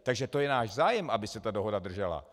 Takže to je náš zájem, aby se ta dohoda držela.